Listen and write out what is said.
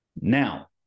Now